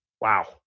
wow